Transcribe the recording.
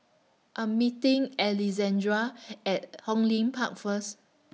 I'm meeting Alejandra At Hong Lim Park First